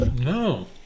No